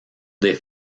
des